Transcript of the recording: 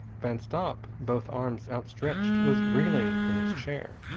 van stopp, both arms outstretched, was reeling in his chair.